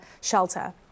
shelter